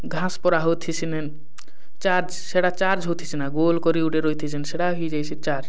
ଘାସ୍ ପରା ହଉଥିସିନ୍ ଚାର୍ଜ ସେଇଟା ଚାର୍ଜ ହୋଉଥିସିନା ଗୋଲ୍ କରି ଗୁଟେ ରହିଥିସିନେ ସେଇଟା ହେଇଯାଇଛେ ଚାର୍ଜ